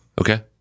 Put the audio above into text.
Okay